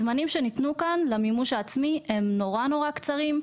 הזמנים שניתנו כאן למימוש העצמי הם נורא נורא קצרים.